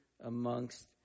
amongst